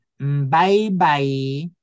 Bye-bye